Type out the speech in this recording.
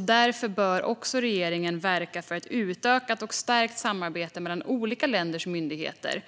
Därför bör regeringen också verka för ett utökat och stärkt samarbete mellan olika länders myndigheter.